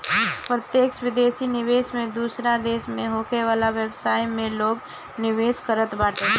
प्रत्यक्ष विदेशी निवेश में दूसरा देस में होखे वाला व्यवसाय में लोग निवेश करत बाटे